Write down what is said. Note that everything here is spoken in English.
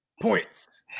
points